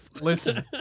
Listen